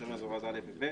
היתר מזורז א' ו-ב',